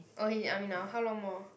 oh he in army now how long more